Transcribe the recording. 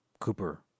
Cooper